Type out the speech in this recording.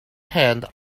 hand